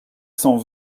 cent